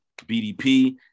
BDP